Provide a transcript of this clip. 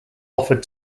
offered